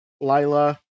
Lila